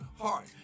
heart